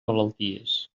malalties